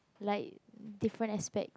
like different aspect